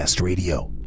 Radio